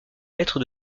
lettres